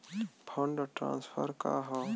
Fund transfer का हव?